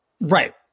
right